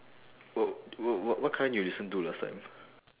wh~ wh~ wha~ what kind do you listen to last time